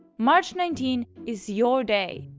march nineteen is your day.